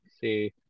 See